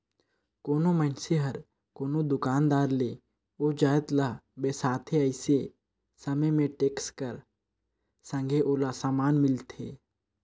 कोनो मइनसे हर कोनो दुकानदार ले ओ जाएत ल बेसाथे अइसे समे में टेक्स कर संघे ओला समान मिलथे